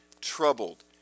troubled